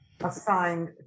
assigned